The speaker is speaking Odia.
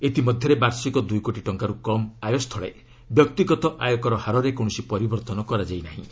ଇତିମଧ୍ୟରେ ବାର୍ଷିକ ଦୁଇ କୋଟି ଟଙ୍କାରୁ କମ୍ ଆୟସ୍ଥଳେ ବ୍ୟକ୍ତିଗତ ଆୟକର ହାରରେ କୌଣସି ପରିବର୍ତ୍ତନ କରାଯାଇ ନାହିଁ